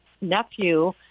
nephew